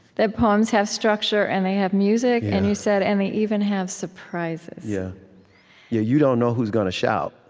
that poems have structure, and they have music, and, you said, and they even have surprises. yeah yeah you don't know who's going to shout.